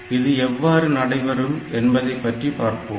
இது எவ்வாறு நடைபெறுகிறது என்பது பற்றி பார்ப்போம்